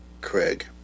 Craig